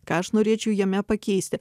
ką aš norėčiau jame pakeisti